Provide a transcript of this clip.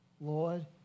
Lord